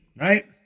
right